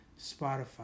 Spotify